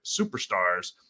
superstars